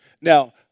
Now